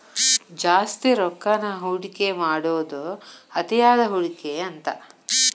ಜಾಸ್ತಿ ರೊಕ್ಕಾನ ಹೂಡಿಕೆ ಮಾಡೋದ್ ಅತಿಯಾದ ಹೂಡಿಕೆ ಅಂತ